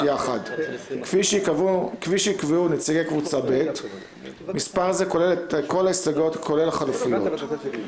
יראו כאילו דחתה הכנסת את כל ההסתייגויות הכלולות באותה סדרה,